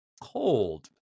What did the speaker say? cold